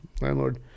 landlord